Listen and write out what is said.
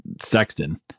Sexton